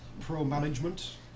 pro-management